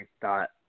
thought